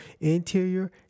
interior